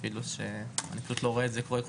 למרות שאני פשוט לא רואה שזה קורה.